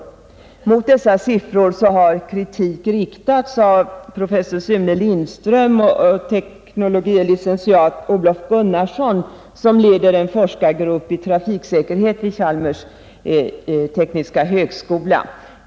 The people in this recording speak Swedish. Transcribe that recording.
Mot dessa siffror har kritik riktats av professor Sune Lindström och teknologie licentiat Olof Gunnarsson, som leder en forskargrupp i trafiksäkerhet vid Chalmers tekniska högskola.